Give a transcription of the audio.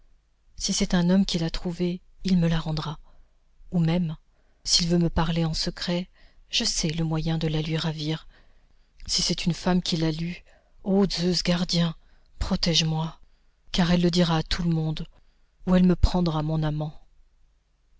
si c'est un homme qui l'a trouvée il me la rendra ou même s'il veut me parler en secret je sais le moyen de la lui ravir si c'est une femme qui l'a lue ô dzeus gardien protège moi car elle le dira à tout le monde ou elle me prendra mon amant